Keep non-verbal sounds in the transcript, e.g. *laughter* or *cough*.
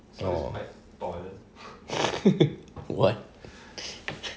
oh *laughs* what